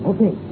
Okay